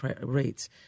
rates